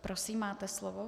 Prosím, máte slovo.